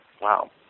wow